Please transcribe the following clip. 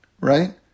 Right